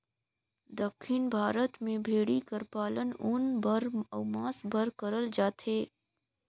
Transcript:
दक्खिन भारत में भेंड़ी कर पालन ऊन बर अउ मांस बर करल जाथे